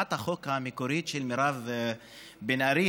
הצעת החוק המקורית של מירב בן ארי,